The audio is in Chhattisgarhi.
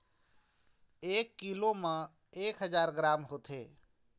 एक कीलो म एक हजार ग्राम होथे